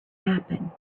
happen